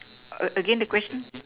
again the question